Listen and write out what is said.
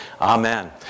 Amen